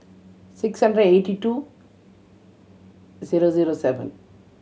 six hundred eighty two zero zero seven